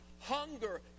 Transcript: hunger